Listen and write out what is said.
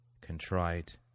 contrite